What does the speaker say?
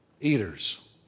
Eaters